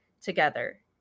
together